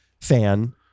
fan